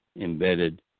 embedded